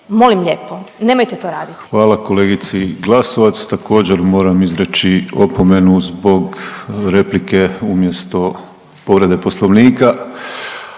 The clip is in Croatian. Molim lijepo nemojte to raditi. **Penava, Ivan (DP)** Hvala kolegici Glasovac. Također moram izreći opomenu zbog replike umjesto povrede Poslovnika.